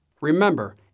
Remember